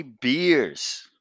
Beers